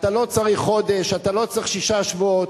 אתה לא צריך חודש, אתה לא צריך שישה שבועות.